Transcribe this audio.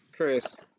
Chris